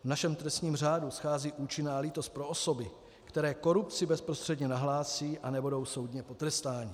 V našem trestním řádu schází účinná lítost pro osoby, které korupci bezprostředně nahlásí a nebudou soudně potrestány.